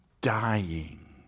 dying